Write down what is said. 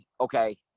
Okay